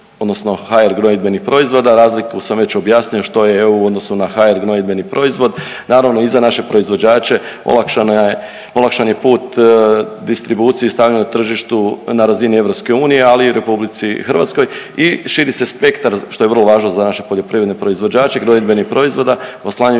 odnosno HR gnojidbenih proizvoda, razliku sam već objasnio što je EU u odnosu na HR gnojidbeni proizvod, naravno i za naše proizvođače olakšana je, olakšan je put distribuciji i stavljanju na tržištu na razini EU, ali i RH i širi se spektar što je vrlo važno za naše poljoprivredne proizvođače gnojidbenih proizvoda, oslanjajući